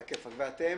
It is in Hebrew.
ואתם?